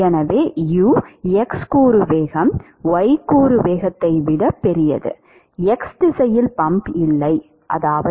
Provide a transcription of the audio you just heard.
எனவே u x கூறு வேகம் y கூறு வேகத்தை விட பெரியது